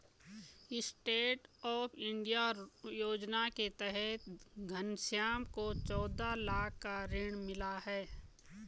stand up India योजना के तहत घनश्याम को चौदह लाख का ऋण मिला है